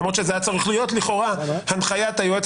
למרות שזה היה צריך להיות לכאורה הנחיית היועץ